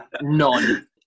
none